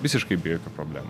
visiškai be jokių problemų